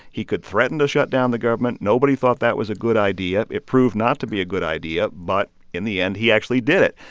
he could threaten to shut down the government. nobody thought that was a good idea. it proved not to be a good idea. but in the end, he actually did it.